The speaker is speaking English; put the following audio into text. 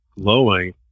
glowing